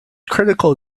critical